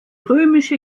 römische